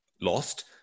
lost